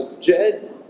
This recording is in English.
Jed